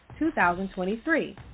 2023